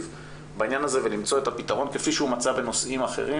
בעניין הזה ולמצוא את הפתרון כפי שהוא מצא בנושאים אחרים,